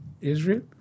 Israel